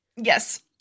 yes